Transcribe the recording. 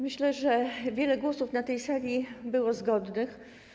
Myślę, że wiele głosów na tej sali było zgodnych.